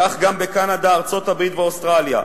כך גם בקנדה, ארצות-הברית ואוסטרליה.